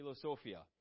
Philosophia